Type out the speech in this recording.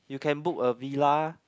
you can book a villa